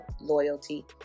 loyalty